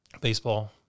baseball